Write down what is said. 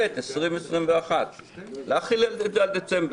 ואת 2021. להחיל את זה עד דצמבר.